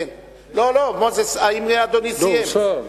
מוזס, האם אדוני סיים?